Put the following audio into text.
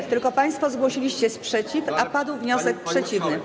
Tylko państwo zgłosiliście sprzeciw, a padł wniosek przeciwny.